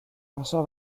pasó